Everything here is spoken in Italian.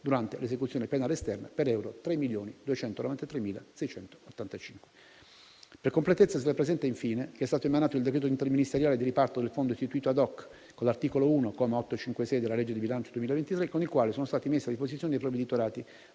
durante l'esecuzione penale esterna, per euro 3.293.685. Per completezza, si rappresenta, infine, che è stato emanato il decreto interministeriale di riparto del fondo istituito *ad hoc*, con l'articolo 1, comma 856, della legge di bilancio 2023, con il quale sono stati messi a disposizione dei provveditorati